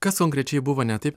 kas konkrečiai buvo ne taip